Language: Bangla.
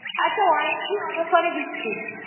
আচ্ছা অনলাইনেই অর্ডার করে দিচ্ছি